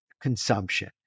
consumption